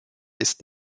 ist